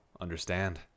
understand